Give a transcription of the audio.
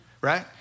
right